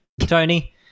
Tony